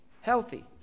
healthy